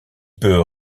peut